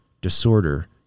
disorder